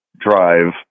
drive